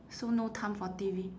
so no time for T_V